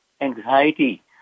anxiety